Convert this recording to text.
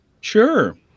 Sure